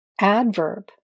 adverb